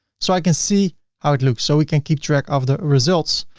so i can see how it looks, so we can keep track of the results.